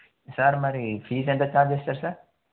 sir మరీ fees ఎంతకి start జేస్తారు సార్